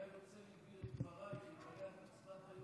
היה יוצא ליבי אל דברייך אלמלא את הצבעת